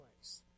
place